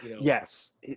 Yes